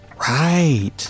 Right